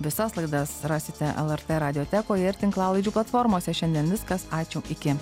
visas laidas rasite lrt radiotekoje ir tinklalaidžių platformose šiandien viskas ačiū iki